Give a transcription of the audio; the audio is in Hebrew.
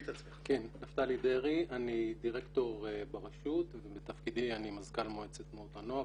אני דירקטור ברשות ובתפקידי אני מזכ"ל מועצת תנועות הנוער,